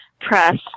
press